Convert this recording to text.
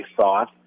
thought